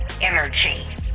energy